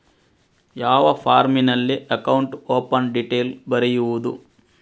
ಯಾವ ಫಾರ್ಮಿನಲ್ಲಿ account open detail ಬರೆಯುವುದು?